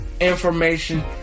Information